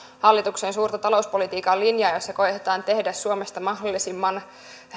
hallituksen suurta talouspolitiikan linjaa jossa koetetaan tehdä suomesta mahdollisimman